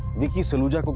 vicky saluja?